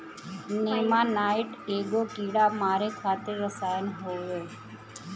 नेमानाइट एगो कीड़ा मारे खातिर रसायन होवे